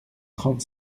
trente